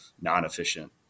non-efficient